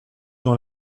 dans